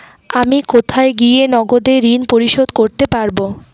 আমি কোথায় গিয়ে নগদে ঋন পরিশোধ করতে পারবো?